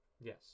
Yes